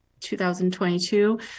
2022